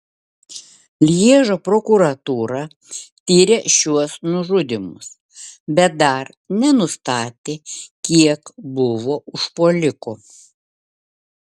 lježo prokuratūra tiria šiuos nužudymus bet dar nenustatė kiek buvo užpuolikų